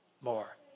more